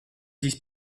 these